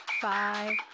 five